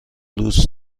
دوست